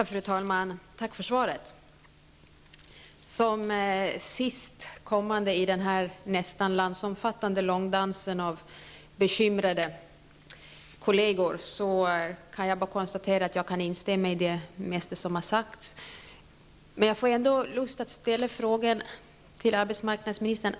Fru talman! Tack för svaret. Som sistkommande talare i denna nästan landsomfattande långdans av bekymrade kolleger kan jag bara konstatera att jag kan instämma i det mesta som har sagts. Men jag vill ändå ställa en fråga till arbetsmarknadsministern.